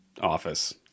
office